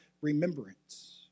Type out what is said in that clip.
remembrance